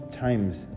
times